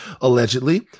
allegedly